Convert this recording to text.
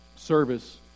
service